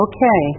Okay